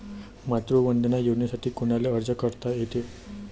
मातृवंदना योजनेसाठी कोनाले अर्ज करता येते?